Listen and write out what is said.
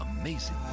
amazing